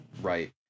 Right